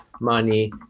money